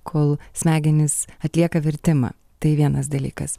kol smegenys atlieka vertimą tai vienas dalykas